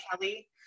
Kelly